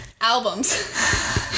albums